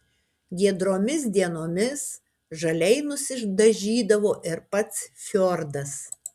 giedromis dienomis žaliai nusidažydavo ir pats fjordas